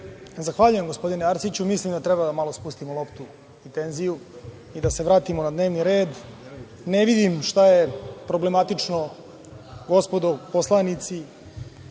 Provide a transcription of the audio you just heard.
Zahvaljujem gospodine Arsiću. Mislim da je trebalo da spustimo loptu i tenziju, da se vratimo na dnevni red. Ne vidim šta je problematično gospodo poslanici